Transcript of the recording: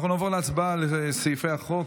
אנחנו נעבור להצבעה על סעיפי החוק.